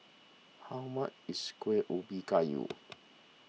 how much is Kuih Ubi Kayu